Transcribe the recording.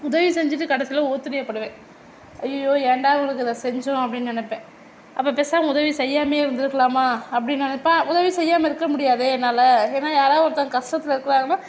உதவி செஞ்சுட்டு கடைசியில் ஒபத்திரியப்படுவேன் அய்யய்யோ ஏண்டா இவளுக்கு இதை செஞ்சோம் அப்படின்னு நெனைப்பேன் அப்போ பேசாமல் உதவி செய்யாமலேயே இருந்திருக்கலாமா அப்படின்னு நெனைப்பன் உதவி செய்யாமல் இருக்க முடியாது என்னால் ஏன்னா யாரவது ஒருத்தங்க கஷ்டத்தில் இருக்கிறாங்கன்னா